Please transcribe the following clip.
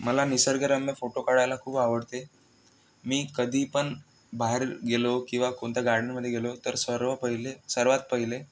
मला निसर्गरम्य फोटो काढायला खूप आवडते मी कधी पण बाहेर गेलो किंवा कोणत्या गार्डनमध्ये गेलो तर सर्व पहिले सर्वात पहिले